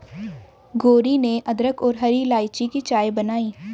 गौरी ने अदरक और हरी इलायची की चाय बनाई